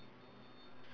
uh yellow